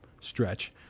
stretch